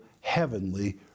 heavenly